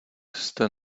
jste